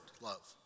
love